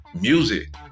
Music